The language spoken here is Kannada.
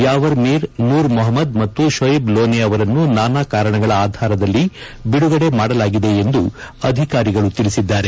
ಯಾವರ್ ಮೀರ್ ನೂರ್ ಮೊಹಮ್ಮದ್ ಮತ್ತು ಶೋಯಿಬ್ ಲೋನೆ ಅವರನ್ನು ನಾನಾ ಕಾರಣಗಳ ಆಧಾರದಲ್ಲಿ ಬಿಡುಗಡೆ ಮಾಡಲಾಗಿದೆ ಎಂದು ಅಧಿಕಾರಿಗಳು ತಿಳಿಸಿದ್ದಾರೆ